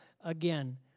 again